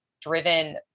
driven